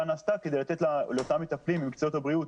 נעשתה כדי לתת לאותם מטפלים ממקצועות הבריאות